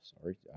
sorry